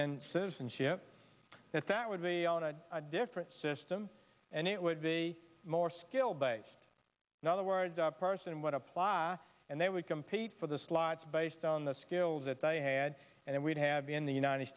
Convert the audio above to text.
then citizenship that that would be a different system and it would be more skill based in other words the person would apply and they would compete for the slots based on the skills that they had and we'd have in the united